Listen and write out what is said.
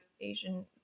Asian